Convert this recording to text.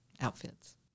outfits